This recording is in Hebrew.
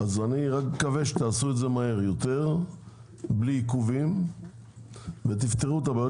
אני רק מקווה שתעשו את זה מהר יותר בלי עיכובים ותפתרו את הבעיות